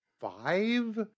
five